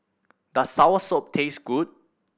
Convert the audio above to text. does soursop taste good